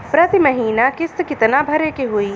प्रति महीना किस्त कितना भरे के होई?